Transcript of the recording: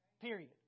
Period